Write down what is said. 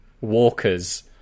Walkers